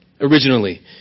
originally